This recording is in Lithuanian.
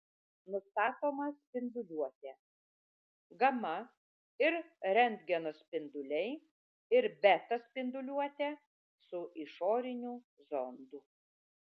nustatoma spinduliuotė gama ir rentgeno spinduliai ir beta spinduliuotė su išoriniu zondu